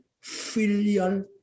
filial